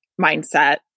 mindset